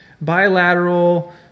bilateral